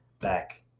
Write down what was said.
back